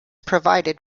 provided